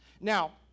Now